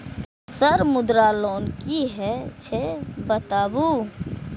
Sir Mudra loan की हे छे बताबू?